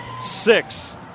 six